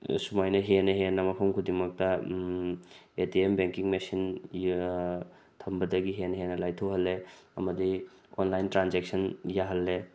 ꯁꯨꯃꯥꯏꯅ ꯍꯦꯟꯅ ꯍꯦꯟꯅ ꯃꯐꯝ ꯈꯨꯗꯤꯡꯃꯛꯇ A T M banking machine ꯊꯝꯕꯗꯒꯤ ꯍꯦꯟꯅ ꯍꯦꯟꯅ ꯂꯥꯏꯊꯣꯛꯍꯜꯂꯦ ꯑꯃꯗꯤ ꯑꯣꯟꯂꯥꯏꯟ ꯇ꯭ꯔꯥꯟꯖꯦꯛꯁꯟ ꯌꯥꯍꯜꯂꯦ